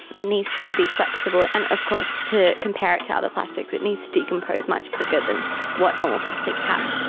it needs to be flexible, and of course to compare it to other plastics it needs to decompose much quicker than what normal plastics have.